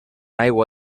aigua